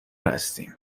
هستیم